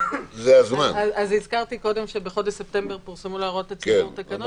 אז הזכרתי קודם שבחודש ספטמבר פורסמו להערות הציבור תקנות,